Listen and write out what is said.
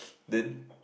then